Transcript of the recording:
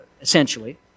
essentially